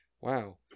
Wow